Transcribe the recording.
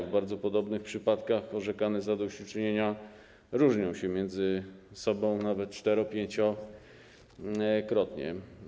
W bardzo podobnych przypadkach orzekane zadośćuczynienia różnią się między sobą nawet cztero-, pięciokrotnie.